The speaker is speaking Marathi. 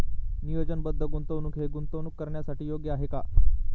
नियोजनबद्ध गुंतवणूक हे गुंतवणूक करण्यासाठी योग्य आहे का?